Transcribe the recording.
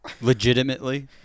Legitimately